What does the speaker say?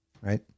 right